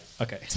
Okay